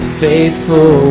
faithful